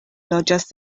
loĝas